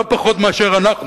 לא פחות מאשר לנו.